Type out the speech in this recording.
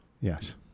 Yes